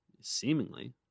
seemingly